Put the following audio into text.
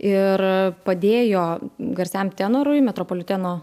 ir padėjo garsiajam tenorui metropoliteno